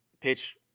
pitch